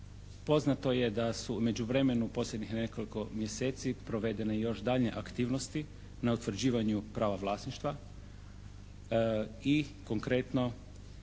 Poznato je da su u međuvremenu u posljednjih nekoliko mjeseci provedene još daljnje aktivnosti na utvrđivanju prava vlasništva i konkretno